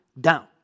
down